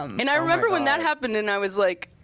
um and i remember when that happened, and i was like,